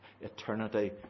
eternity